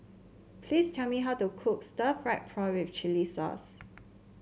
please tell me how to cook Stir Fried with Chili Sauce